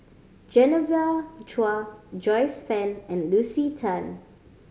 Genevieve Chua Joyce Fan and Lucy Tan